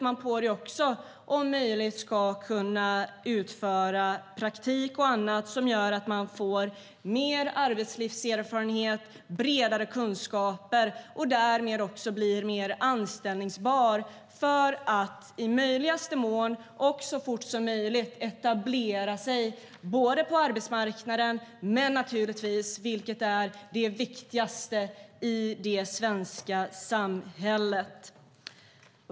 Man ska också om möjligt kunna utföra praktik och annat som gör att man får mer arbetslivserfarenhet och bredare kunskaper och därmed också blir mer anställbar för att i möjligaste mån och så fort som möjligt kunna etablera sig både på arbetsmarknaden och - vilket naturligtvis är det viktigaste - i det svenska samhället.